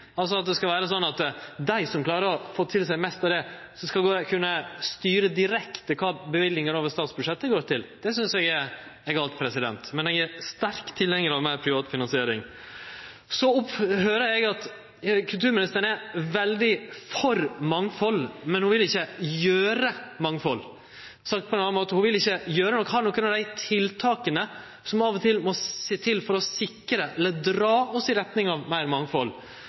altså at det skal vere sånn at det er dei som klarar å skaffe seg mest av det, som direkte skal kunne styre det løyvingane over statsbudsjettet skal gå til. Det synest eg er feil, men eg er sterk tilhengar av meir privat finansiering. Så høyrer eg at kulturministeren er veldig for mangfald, men at ho ikkje vil «gjere» mangfold. Sagt på ein annan måte: Ho vil ikkje ha nokon av dei tiltaka som av og til må til for å sikre eller dra oss i retning av meir mangfald.